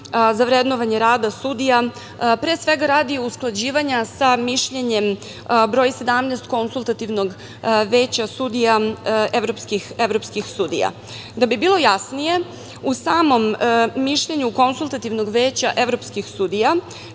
za vrednovanje rada sudija, pre svega radi usklađivanja sa mišljenjem broj 17, konsultativnog veća sudija evropskih sudija. Da bi bilo jasnije, u samom mišljenju Konsultativnog veća evropskih sudija